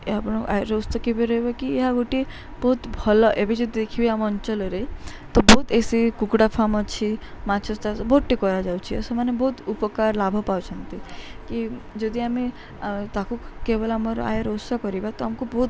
ଆପଣଙ୍କୁ ଆୟର ଉତ୍ସ କେବେ ରହିବ କି ଏହା ଗୋଟିଏ ବହୁତ ଭଲ ଏବେ ଯଦି ଦେଖିବେ ଆମ ଅଞ୍ଚଳରେ ତ ବହୁତ ଏ ସି କୁକୁଡ଼ା ଫାର୍ମ ଅଛି ମାଛ ଚାଷ ବହୁତଟି କରାଯାଉଛି ଆଉ ସେମାନେ ବହୁତ ଉପକାର ଲାଭ ପାଉଛନ୍ତି କି ଯଦି ଆମେ ତାକୁ କେବଳ ଆମର ଆୟର ଉତ୍ସ କରିବା ତ ଆମକୁ ବହୁତ